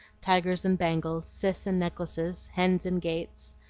tigers and bangles, cis and necklaces, hens and gates.